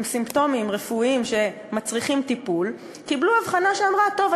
סימפטומים רפואיים שמצריכים טיפול קיבלו אבחנה שאמרה: טוב,